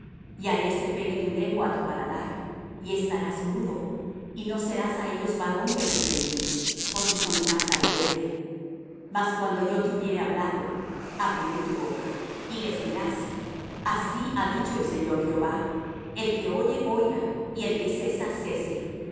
y haré se pegue tu lengua á tu paladar y estarás mudo y no serás á ellos varón que reprende porque son casa rebelde mas cuando yo te hubiere hablado abriré tu boca y les dirás así ha dicho el señor jehová el que oye oiga y el que cesa cese